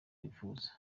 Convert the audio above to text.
bipfuza